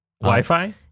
Wi-Fi